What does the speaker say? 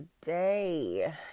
today